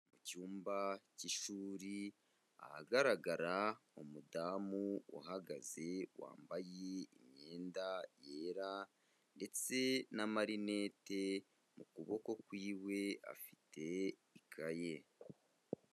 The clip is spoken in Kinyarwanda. Mu cyumba cy'ishuri ahagaragara umudamu uhagaze wambaye imyenda yera ndetse n'amarinete mu kuboko kw'iwe afite ikaye.